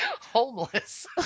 homeless